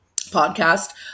Podcast